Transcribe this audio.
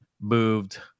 moved